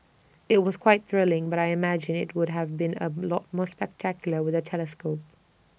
IT was quite thrilling but I imagine IT would have been A lot more spectacular with A telescope